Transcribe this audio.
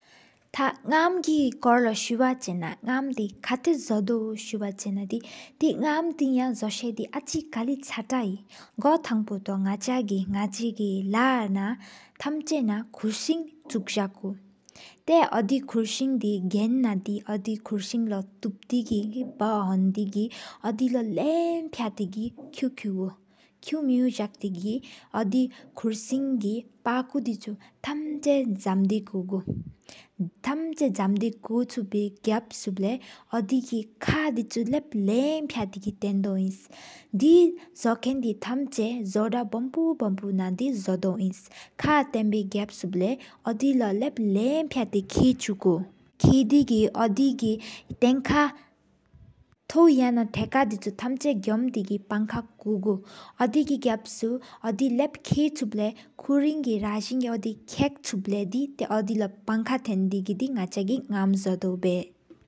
ཏཱ་ཉམ་གི་སྐོར་ལོ་སུའི་འགེ་ན་དི། ཉམ་གི་ཁ་ཏ་ཟོ་དབྱོར་སུའི་འགེ་ན་དི། དེ་ཉམ་དེ་ཡ་ཟོས་ཨ་ཅི་ཀ་ལ་ཅའི་ཐ་ཧེ། གོ་ཐང་ཕོ་ཏོ་ནག་ཅ་གི་ནག་ཅི་ལག་ན། ཐམ་ཅ་ན་ཁུར་སིན་ཆུ་ ཟ་ཀུ། ཐེ་ཡ་ཨོ་དི་ཁུར་སིན་དེ་གྱན་ན་དེ་ཨོ་དེ་ཁུར་སིན། ལོ་ཐུད་པདྨ་གི་འབག་ཧོན་དེ་གི་ཨོ་དེ་ལོ། ལམ་ཕྱ་ཏེ་གི་ཀུ་ཁུག་གུ། ཁུག་སྨྱོ་གི་གི་ཨོ་དི་ཁུར་སིན་གི་ཕ་ཀོ་ཆུ། ཐམ་ཅ་ཕག་ཏེ་ཟམ་ཀོ་གུ། ཐམ་ཅ་ཟམ་དེ་ཀུ་ཆུ་པ་ཡ་ག་བ་ལེ། ཨོ་དི་གི་ཁག་དི་ཆུ་ལབ་ལམ་ཕྱ་ཏེ་གི་ཐེན་ཏེོ་ཨིན། དེ་ཟོ་ཀཱན་དི་ཐམ་ཅ་ཟོ་དྲ་བཱམ་པོ་བཱམ་པོ་ན། ཟོ་ད། ཨིན་། ཁག་ཐེན་དི་མེ་ཡོ་ཆུབ་ལེ། ཨོ་དི་ལོ་ལབ་ལྷམ་ཕྱ་ཏེ་གི་ཀི་ཆུ་ཁུ། ཀི་དེ་གི་ཨོ་དི་ཐང་ཀ་ཐོ་མེ་ཡོ་ག་ན་ཡན་ཐ་ཀ། དི་ཆུ་ ཐམ་ཅ་ཀོམ་དེ་གི་ཐམ་ཅ། པང་ཀ་ཀོ་གུ་ཨོ་དི་གི་གབ་ཟུ་ཨོ་དི་ལབ། ཀི་སུབ་ལེ་སྐུ་རིན་གི་རང་ཟེན་གི་ཁེག སུབ་ལེ་ཏེ་ཨོ་དི་ལོ་བང་ཀ་ཐེན་དི་གི་ནག་ཅ་གི། ཉམ་བྱོད་དབྱོར་བཡེ།